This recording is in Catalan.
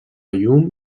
llum